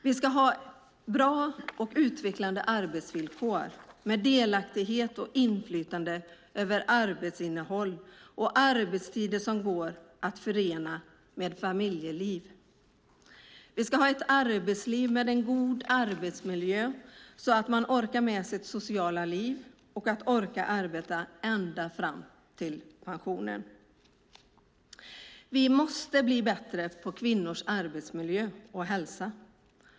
Vi ska ha bra och utvecklande arbetsvillkor med delaktighet och inflytande över arbetsinnehåll, och vi ska ha arbetstider som går att förena med familjeliv. Vi ska ha ett arbetsliv med en god arbetsmiljö så att man orkar med sitt sociala liv och orkar arbeta ända fram till pensioneringen. Vi måste bli bättre på kvinnors arbetsmiljö och hälsa.